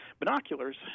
binoculars